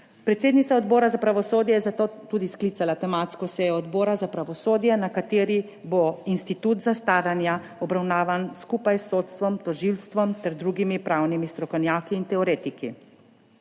Predsednica Odbora za pravosodje je zato tudi sklicala tematsko sejo Odbora za pravosodje, na kateri bo institut zastaranja obravnavan skupaj s sodstvom, tožilstvom ter drugimi pravnimi strokovnjaki in teoretiki.